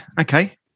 Okay